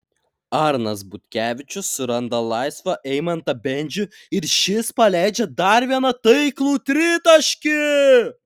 arnas butkevičius suranda laisvą eimantą bendžių ir šis paleidžia dar vieną taiklų tritaškį